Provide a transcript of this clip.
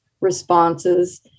responses